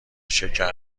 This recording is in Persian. شکر